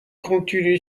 continue